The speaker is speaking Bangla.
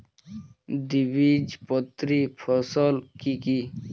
দ্বিবীজপত্রী ফসল কি কি?